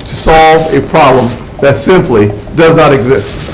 to solve a problem that simply does not exist.